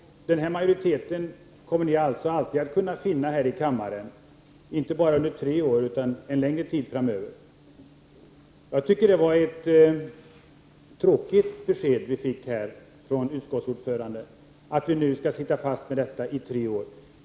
Den majoriteten kommer ni alltså alltid att kunna finna här i kammaren, inte bara under tre år, utan en längre tid framöver. Jag tycker att det var ett tråkigt besked vi fick från utskottets ordförande, att vi skall sitta fast med denna biståndspolitik i tre år.